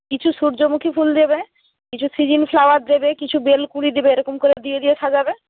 কিছু সূর্যমুখী ফুল দেবে কিছু সিজিন ফ্লাওয়ার দেবে কিছু বেল কুঁড়ি দেবে এরকম করে দিয়ে দিয়ে সাজাবে